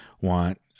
want